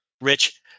Rich